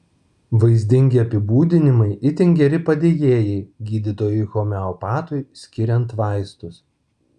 vaizdingi apibūdinimai itin geri padėjėjai gydytojui homeopatui skiriant vaistus